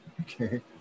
Okay